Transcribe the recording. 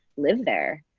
live there.